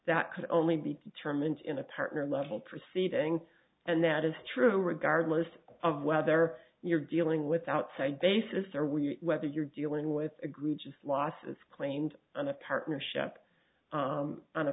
could only be determined in a partner level proceeding and that is true regardless of whether you're dealing with outside basis or we whether you're dealing with agree just losses claimed on a partnership on a